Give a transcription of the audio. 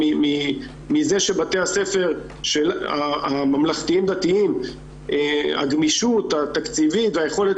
מזה שבבתי הספר הממלכתיים-דתיים הגמישות התקציבית והיכולת